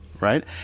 right